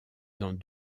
dans